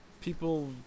People –